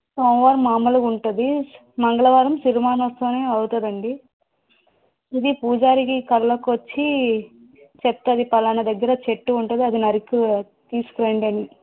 సోమవారం మామూలుగా ఉంటుంది మంగళవారం సిరిమానోత్సవం అని అవుతుందండి ఇది పూజారికి కళ్ళోకొచ్చి చెప్తుంది ఫలానా దగ్గర చెట్టు ఉంటుంది అది నరికు తీసుకురండి అని